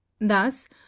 thus